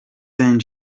saint